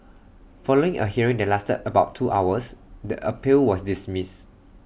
following A hearing that lasted about two hours the appeal was dismissed